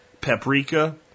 paprika